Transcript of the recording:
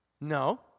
No